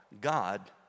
God